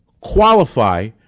qualify